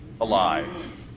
Alive